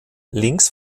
links